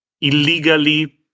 illegally